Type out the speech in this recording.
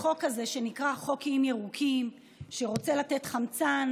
לחוק הזה שנקרא "חוק איים ירוקים", שרוצה לתת חמצן